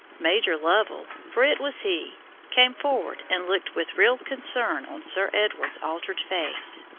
major lovell for it was he came forward and looked with real concern on sir edward's altered face.